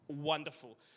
wonderful